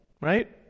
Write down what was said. right